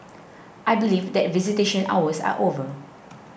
I believe that visitation hours are over